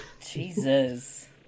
Jesus